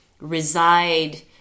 reside